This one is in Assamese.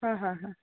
হয় হয় হয়